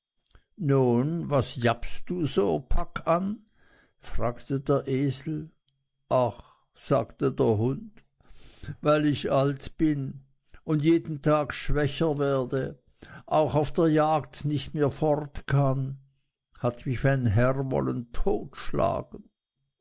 nun was jappst du so packan fragte der esel ach sagte der hund weil ich alt bin und jeden tag schwächer werde auch auf der jagd nicht mehr fort kann hat mich mein herr wollen totschlagen